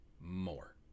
more